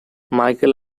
michael